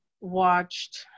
watched